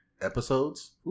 episodes